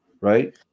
right